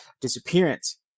disappearance